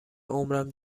عمرم